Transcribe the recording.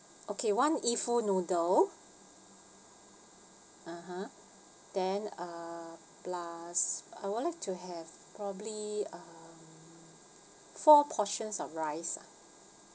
okay one e fu noodle (uh huh) then uh plus I would like to have probably um four portions of rice ah